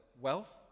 wealth